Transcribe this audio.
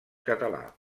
català